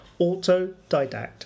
autodidact